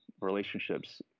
relationships